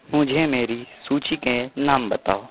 मुझे मेरी सूचि के नाम बताओ